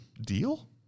deal